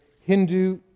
Hindu